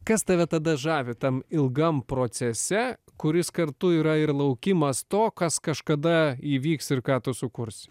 kas tave tada žavi tam ilgam procese kuris kartu yra ir laukimas to kas kažkada įvyks ir ką tu sukursi